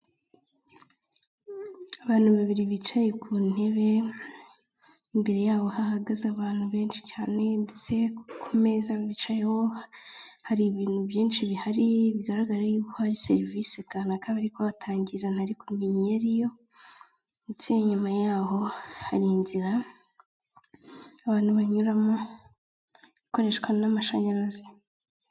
Abantu babiri bicaye ku ntebe imbere yabo hahagaze abantu benshi cyane, ndetse ku meza bicayeho hari ibintu byinshi bihari, bigaragara yuko hari serivisi kanaka bari kuhatangira ntari kumenya iyo ariyo. Ndetse inyuma yaho hari inzira abantu banyuramo, ikoreshwa n'amashanyarazi.